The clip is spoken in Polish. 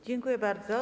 Dziękuję bardzo.